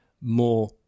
more